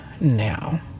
now